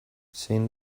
zein